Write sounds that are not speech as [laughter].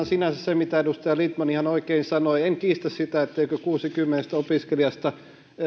[unintelligible] sinänsä se mitä edustaja lindtman ihan oikein sanoi en kiistä sitä etteikö kuusi kymmenestä opiskelijasta